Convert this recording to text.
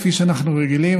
כפי שאנחנו רגילים,